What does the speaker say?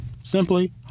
Simply